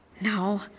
No